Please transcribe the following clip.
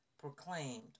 proclaimed